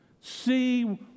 See